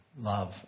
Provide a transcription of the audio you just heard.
Love